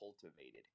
cultivated